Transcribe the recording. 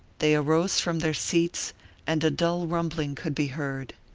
they arose from their seats and a dull rumbling could be heard.